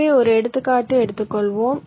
எனவே ஒரு எடுத்துக்காட்டு எடுத்துக்கொள்வோம்